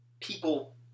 people